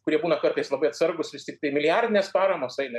kurie būna kartais labai atsargūs vis tiktai milijardinės paramos eina